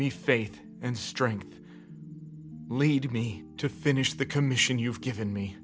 me faith and strength lead me to finish the commission you've given me